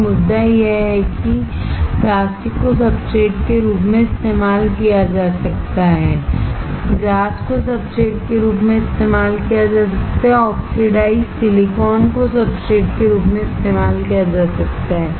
तो मुद्दा यह है कि प्लास्टिक को सब्सट्रेट के रूप में इस्तेमाल किया जा सकता है ग्लास को सब्सट्रेट के रूप में इस्तेमाल किया जा सकता है ऑक्सीडाइज्ड सिलिकॉन को सब्सट्रेट के रूप में इस्तेमाल किया जा सकता है